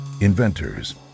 inventors